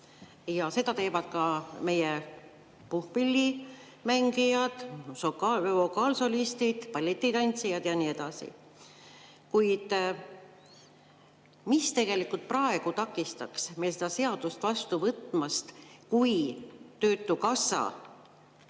Seda teevad ka meie puhkpillimängijad, vokaalsolistid, balletitantsijad ja nii edasi. Kuid mis tegelikult praegu takistaks meil seda seadust vastu võtmast, kui töötukassaga